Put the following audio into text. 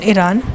Iran